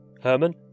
Herman